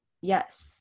Yes